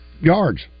yards